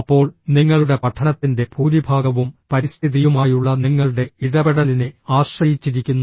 അപ്പോൾ നിങ്ങളുടെ പഠനത്തിന്റെ ഭൂരിഭാഗവും പരിസ്ഥിതിയുമായുള്ള നിങ്ങളുടെ ഇടപെടലിനെ ആശ്രയിച്ചിരിക്കുന്നു